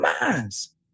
minds